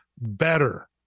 better